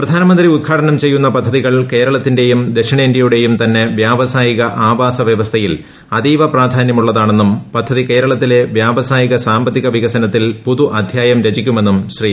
പ്രധാനമന്ത്രി ഉദ്ഘാടനം ചെയ്യുന്ന പദ്ധതികൾ കേരളത്തിന്റെയും ദക്ഷിണേന്ത്യയുടെയും തന്നെ വ്യാവസായിക ആവാസവ്യവസ്ഥയിൽ അതീവപ്രാധാന്യം ഉള്ളതാണെന്നും പദ്ധതി കേരളത്തിലെ വ്യാവസായിക സാമ്പത്തിക വികസനത്തിൽ പുതു അധ്യായം രചിക്കുമെന്നും ശ്രീ